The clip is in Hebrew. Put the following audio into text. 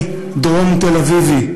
אני דרום-תל-אביבי,